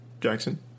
jackson